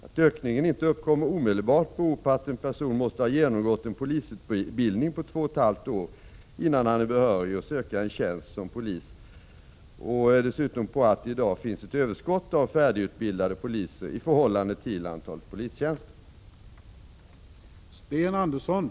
Att ökningen inte uppkommer omedelbart beror på att en person måste ha genomgått en polisutbildning på två och ett halvt år innan han är behörig att söka en tjänst som polis och dessutom på att det i dag finns ett överskott av färdigutbildade poliser i förhållande till antalet polistjänster.